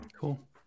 Cool